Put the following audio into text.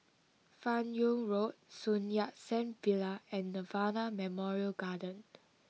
Fan Yoong Road Sun Yat Sen Villa and Nirvana Memorial Garden